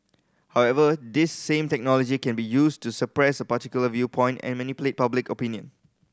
however this same technology can be used to suppress a particular viewpoint and manipulate public opinion